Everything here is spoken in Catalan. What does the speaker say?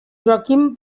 joaquim